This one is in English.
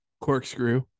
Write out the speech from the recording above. Corkscrew